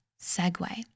segue